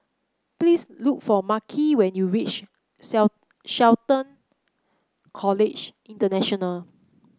please look for Marquis when you reach Shelton College International